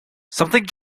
something